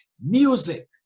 music